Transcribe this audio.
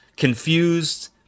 Confused